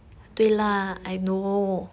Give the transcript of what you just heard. the groceries